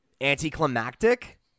Anticlimactic